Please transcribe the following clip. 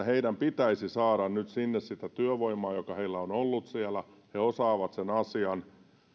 heidän pitäisi saada nyt sinne sitä työvoimaa joka heillä on ollut siellä he osaavat sen asian